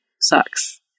sucks